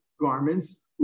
garments